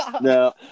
No